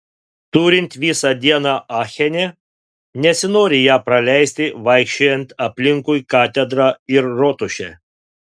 turint visą dieną achene nesinori ją praleisti vaikščiojant aplinkui katedrą ir rotušę